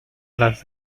las